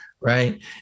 right